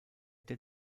der